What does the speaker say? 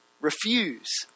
refuse